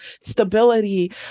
stability